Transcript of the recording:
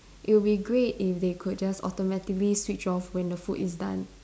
it will be great if they could just automatically switch off when the food is done